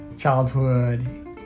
childhood